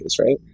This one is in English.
right